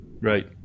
Right